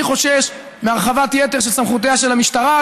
אני חושש מהרחבת יתר של סמכויות המשטרה,